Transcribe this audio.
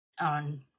on